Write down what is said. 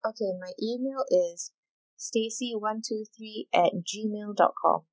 okay my email is stacey one two three at gmail dot com